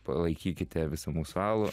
palaikykite visą mūsų alų